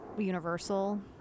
universal